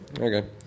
okay